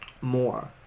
More